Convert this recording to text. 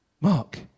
Mark